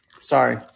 Sorry